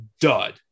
dud